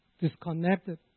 disconnected